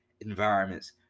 environments